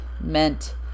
meant